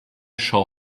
shall